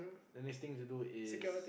the next thing to do is